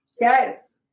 Yes